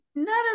None